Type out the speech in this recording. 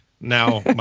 Now